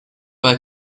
bei